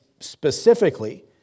Specifically